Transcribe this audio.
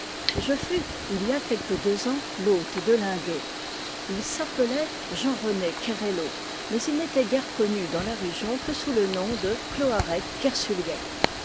je fus il y a quelque deux ans l'hôte de l'un d'eux il s'appelait jean rené kerello mais il n'était guère connu dans la région que sous le nom de cloarec